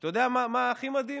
אתה יודע מה הכי מדהים?